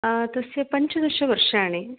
तस्य पञ्चदश वर्षाणि